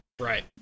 Right